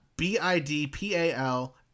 B-I-D-P-A-L